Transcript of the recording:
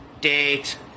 date